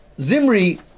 Zimri